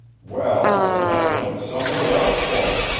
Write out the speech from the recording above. well, you'll have to look somewhere else for him,